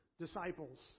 disciples